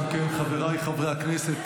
אם כן, חבריי חברי הכנסת,